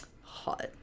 Hot